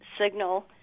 signal